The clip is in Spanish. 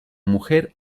mujer